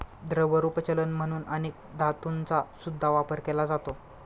द्रवरूप चलन म्हणून अनेक धातूंचा सुद्धा वापर केला जातो